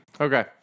Okay